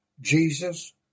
Jesus